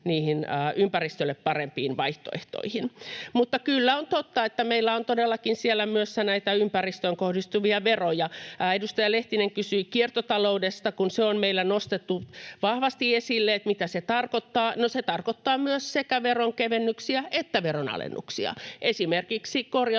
ympäristölle parempiin vaihtoehtoihin. Mutta kyllä on totta, että meillä on todellakin siellä myös näitä ympäristöön kohdistuvia veroja. Edustaja Lehtinen kysyi kiertotaloudesta, kun se on meillä nostettu vahvasti esille, siitä, mitä se tarkoittaa. No, se tarkoittaa myös sekä veronkevennyksiä että veronalennuksia. Esimerkiksi korjauspalveluiden